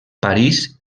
parís